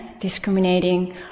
discriminating